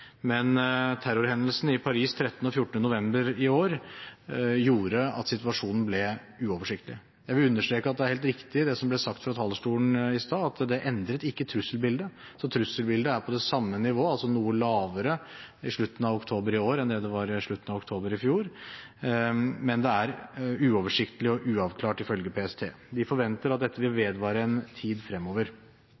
men terrorhendelsene i Paris 13. og 14. november i år gjorde at situasjonen ble uoversiktlig. Jeg vil understreke at det er helt riktig det som ble sagt fra talerstolen i sted, at det endret ikke trusselbildet. Trusselbildet er på det samme nivået, altså noe lavere i slutten av oktober i år enn det det var i slutten av oktober i fjor, men det er uoversiktlig og uavklart, ifølge PST. De forventer at dette vil vedvare en tid fremover.